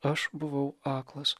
aš buvau aklas